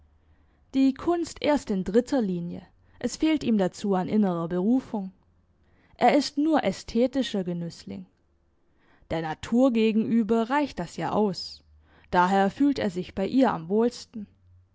die kunst erst in dritter linie es fehlt ihm dazu an innerer berufung er ist nur ästhetischer genüssling der natur gegenüber reicht das ja aus daher fühlt er sich bei ihr am wohlsten